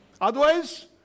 Otherwise